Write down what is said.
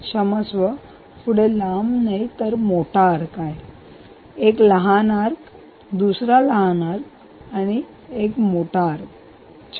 क्षमस्व पुढे लांब आर्क नाही तर मोठा आर्क एक लहान आर्क आणि दुसरा आर्क आहे आणि आपल्याकडे हा मोठा आर्क आहे छान